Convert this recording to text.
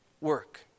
work